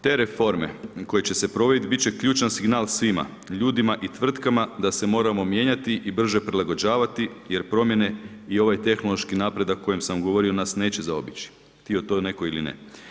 Te reforme koje će se provesti bit će ključan signal svima ljudima i tvrtkama da se moramo mijenjati i brže prilagođavati jer promjene i ovaj tehnološki napredak o kojem sam govorio nas neće zaobići, htio to netko ili ne.